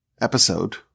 episode